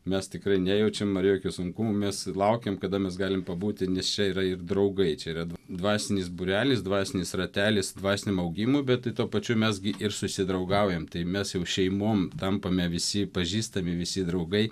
mes tikrai nejaučiam ar jokių sunkumų mes laukiam kada mes galim pabūti nes čia yra ir draugai čia yra dvasinis būrelis dvasinis ratelis dvasiniam augimui bet tai tuo pačiu mes gi ir susidraugaujam tai mes jau šeimom tampame visi pažįstami visi draugai